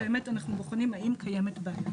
באמת אנחנו בוחנים האם קיימת בעיה.